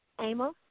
Amos